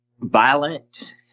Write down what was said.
violent